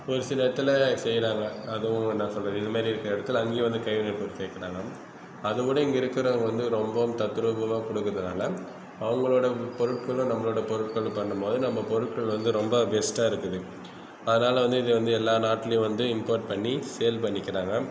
ஒரு சில இடத்துல செய்கிறாங்க அதுவும் நான் சொல்கிறது இது மாரி இருக்கிற இடத்துல அங்கேயும் வந்து கைவினைப் பொருட்கள் கேட்கறாங்க அதுகூட இங்கே இருக்கிறவங்க வந்து ரொம்பவும் தத்ரூபமாக கொடுக்கறதால அவங்களோடய பொருட்களும் நம்பளோடய பொருட்களும் பண்ணும்போது நம்ப பொருட்கள் வந்து ரொம்ப பெஸ்ட்டாக இருக்குது அதனால் வந்து இது வந்து எல்லா நாட்டிலேயும் வந்து இம்போர்ட் பண்ணி சேல் பண்ணிக்கிறாங்க